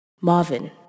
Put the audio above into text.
Marvin